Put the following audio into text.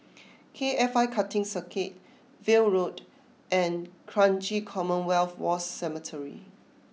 K F I Karting Circuit View Road and Kranji Commonwealth War Cemetery